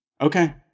Okay